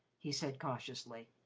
he said cautiously.